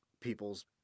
people's